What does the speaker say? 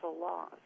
laws